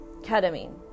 ketamine